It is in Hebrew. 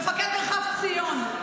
מפקד מרחב ציון,